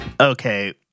Okay